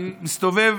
אני מסתובב